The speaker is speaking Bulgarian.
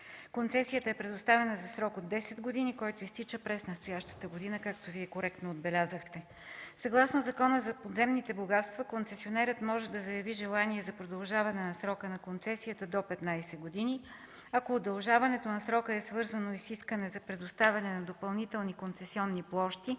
Концесията е предоставена за срок от 10 години, който изтича през настоящата година, както Вие коректно отбелязахте. Съгласно Закона за подземните богатства концесионерът може да заяви желание за продължаване на срока на концесията до 15 години. Ако удължаването на срока е свързано и с искане за предоставяне на допълнителни концесионни площи,